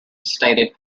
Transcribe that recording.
stated